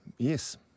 Yes